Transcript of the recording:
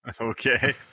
Okay